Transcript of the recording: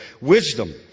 wisdom